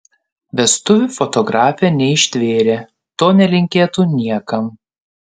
vestuvių fotografė neištvėrė to nelinkėtų niekam